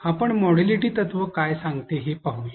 आपण मोडॅलिटी तत्व काय सांगते ते पाहूया